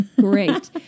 great